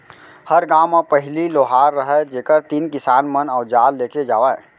हर गॉंव म पहिली लोहार रहयँ जेकर तीन किसान मन अवजार लेके जावयँ